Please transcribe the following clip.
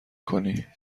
کنی